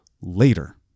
later